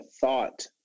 thought